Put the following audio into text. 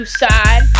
side